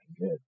good